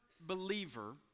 believer